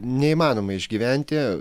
neįmanoma išgyventi